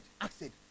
acid